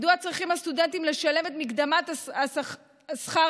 מדוע צריכים הסטודנטים לשלם מקדמת שכר